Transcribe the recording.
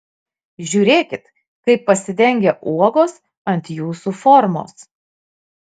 žiūrėkit kaip pasidengia uogos ant jūsų formos